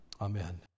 Amen